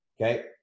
okay